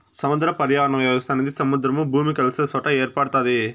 సముద్ర పర్యావరణ వ్యవస్థ అనేది సముద్రము, భూమి కలిసే సొట ఏర్పడుతాది